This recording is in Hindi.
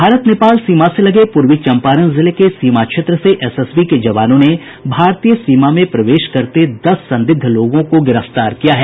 भारत नेपाल सीमा से लगे पूर्वी चंपारण जिले के सीमा क्षेत्र से एसएसबी के जवानों ने भारतीय सीमा में प्रवेश करते दस संदिग्ध लोगों को गिरफ्तार किया है